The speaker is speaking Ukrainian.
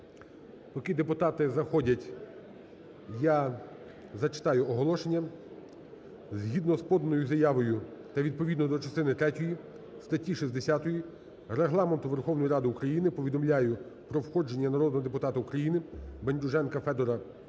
Поки депутати заходять, я зачитаю оголошення. Згідно з поданою заявою та відповідно до частини третьої статті 60 Регламенту Верховної Ради України повідомляю про входження народного депутата України Бендюженка Федора